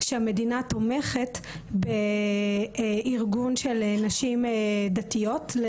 שהמדינה תומכת בארגון של נשים דתיות,